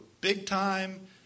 big-time